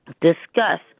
discuss